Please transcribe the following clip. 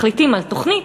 מחליטים על תוכנית,